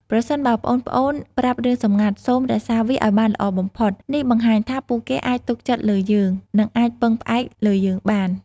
ប្រសិនបើប្អូនៗប្រាប់រឿងសម្ងាត់ សូមរក្សាវាឲ្យបានល្អបំផុត។ នេះបង្ហាញថាពួកគេអាចទុកចិត្តលើយើង និងអាចពឹងផ្អែកលើយើងបាន។